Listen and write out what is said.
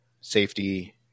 Safety